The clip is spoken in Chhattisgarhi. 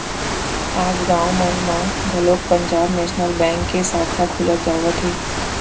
आज गाँव मन म घलोक पंजाब नेसनल बेंक के साखा खुलत जावत हे